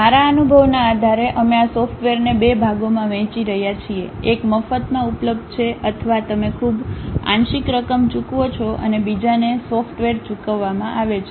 મારા અનુભવના આધારે અમે આ સોફ્ટવેરને બે ભાગોમાં વહેંચી રહ્યા છીએ એક મફતમાં ઉપલબ્ધ છે અથવા તમે ખૂબ આંશિક રકમ ચૂકવો છો અને બીજાને સોસોફ્ટવેર ચૂકવવામાં આવે છે